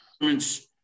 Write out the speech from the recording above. governments